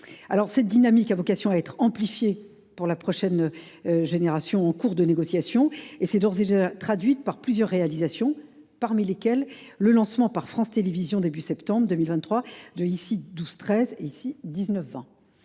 Cette dynamique a vocation à être amplifiée pour la prochaine génération en cours de négociation, mais elle s’est déjà traduite par plusieurs réalisations, parmi lesquelles le lancement par France Télévisions, au début du mois de septembre 2023, de « Ici 12/13 » et « Ici 19/20